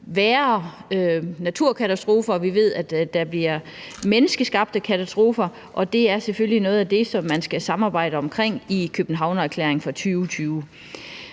værre naturkatastrofer. Vi ved også, at der bliver menneskeskabte katastrofer, og det er selvfølgelig noget af det, som man skal samarbejde omkring i Københavnerklæringen for 2020.